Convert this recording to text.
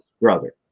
brother